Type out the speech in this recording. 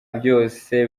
byose